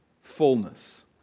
fullness